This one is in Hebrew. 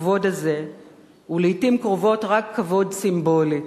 הכבוד הזה הוא לעתים קרובות רק כבוד סימבולי.